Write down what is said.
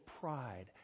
pride